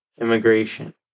immigration